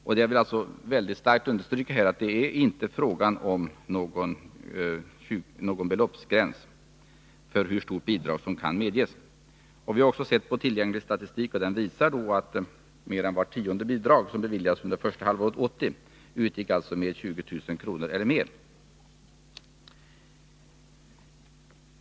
Jag vill alltså mycket starkt understryka att det inte är fråga om någon gräns för hur stort bidragsbelopp som kan medges. Vi har också sett på tillgänglig statistik, och den visar att mer än vart tionde bidrag som beviljades under det första halvåret 1980 utgick med 20 000 kr. eller mer.